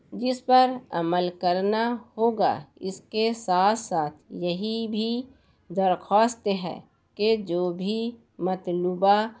جس پر عمل کرنا ہوگا اس کے ساتھ ساتھ یہی بھی درخواست ہے کہ جو بھی مطلوبہ